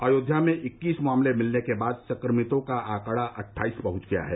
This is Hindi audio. अयोध्या में इक्कीस मामले मिलने के बाद संक्रमितों का आंकड़ा अट्ठाईस पहुंच गया है